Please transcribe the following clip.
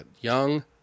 Young